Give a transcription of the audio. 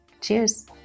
Cheers